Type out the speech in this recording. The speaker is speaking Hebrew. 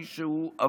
מי שהוא עבריין,